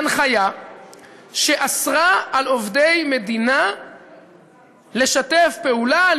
הנחיה שאסרה על עובדי מדינה לשתף פעולה,